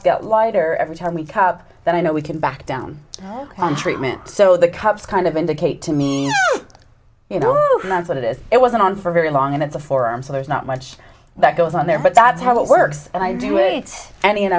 go lighter every time we cop that i know we can back down on treatment so the cops kind of indicate to me you know that's what it is it wasn't on for very long and it's a forum so there's not much that goes on there but that's how it works and i do it an